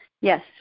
Yes